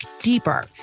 deeper